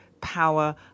power